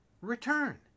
return